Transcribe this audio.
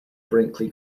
brinkley